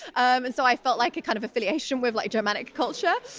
and so i felt like a kind of affiliation with like germanic culture.